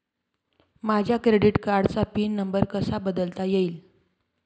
माझ्या क्रेडिट कार्डचा pin number कसा बदलता येईल?